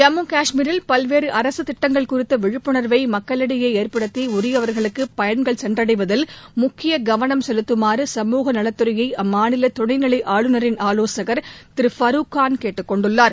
ஜம்மு காஷ்மீரில் பல்வேறு அரசு திட்டங்கள் குறித்த விழிப்புணர்வை மக்களிடையே ஏற்படுத்தி உரியவர்களுக்கு பயன்கள் சென்றடைவதில் முக்கிய கவனம் செலுத்தமாறு சமூக நலத்துறையை அம்மாநில துணை நிலை ஆளுநரின் ஆலோசகர் திரு ஃபரூக் கான் கேட்டுக்கொண்டுள்ளார்